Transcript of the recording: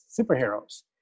superheroes